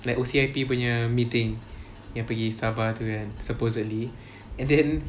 like O_C_I_P punya meeting yang pergi sabah tu kan supposedly and then